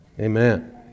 Amen